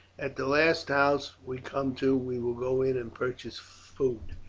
at the last house we come to we will go in and purchase food.